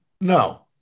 no